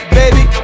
baby